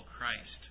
Christ